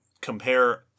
compare